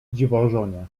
dziwożonie